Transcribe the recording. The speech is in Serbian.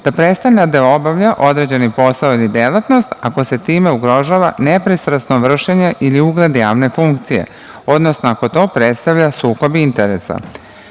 da prestane da obavlja određeni posao ili delatnost ako se time ugrožava nepristrasno vršenje ili ugled javne funcije, odnosno ako to predstavlja sukob interesa. Krug